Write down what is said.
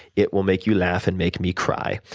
it will make you laugh and make me cry.